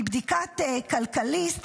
מבדיקת כלכליסט,